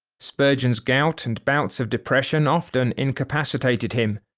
spurgeon's gout and bouts of depression often incapacitated him,